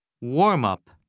Warm-up